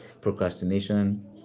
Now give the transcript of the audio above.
procrastination